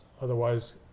otherwise